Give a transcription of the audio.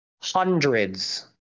hundreds